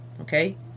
Okay